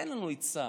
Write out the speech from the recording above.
תן לנו עצה,